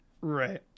right